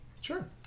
Sure